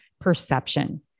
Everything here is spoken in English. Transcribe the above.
perception